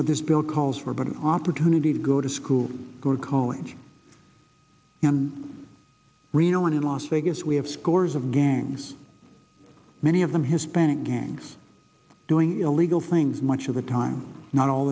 what this bill calls for but an opportunity to go to school good coing in reno and in las vegas we have scores of gangs many of the hispanic gangs doing illegal things much of the time not all